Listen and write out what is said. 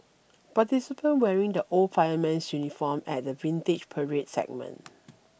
participants wearing the old fireman's uniform at the Vintage Parade segment